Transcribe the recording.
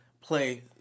play